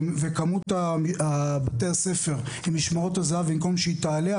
וכמות בתי הספר עם משמרות הזהב במקום שהיא תעלה,